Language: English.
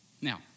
Now